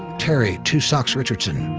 terry two socks richardson,